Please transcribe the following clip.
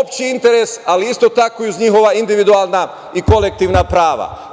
opšti interes, ali isto tako i uz njihova individualna i kolektivna prava.U